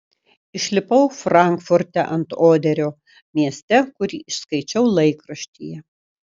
išlipau frankfurte ant oderio mieste kurį išskaičiau laikraštyje